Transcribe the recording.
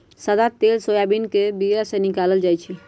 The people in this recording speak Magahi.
सदा तेल सोयाबीन के बीया से निकालल जाइ छै